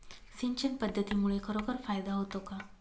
सिंचन पद्धतीमुळे खरोखर फायदा होतो का?